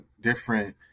different